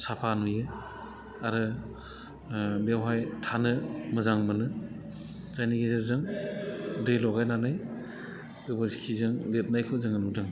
साफा नुयो आरो बेवहाय थानो मोजां मोनो जायनि गेजेरजों दै लगायनानै गोबोरखिजों लिरनायखौ जोङो नुदों